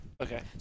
Okay